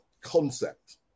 concept